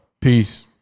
Peace